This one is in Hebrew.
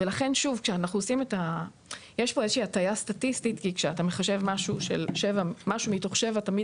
ולכן שוב יש פה הטעיה סטטיסטית כי שכשאתה מחשב משהו מתוך שבע תמיד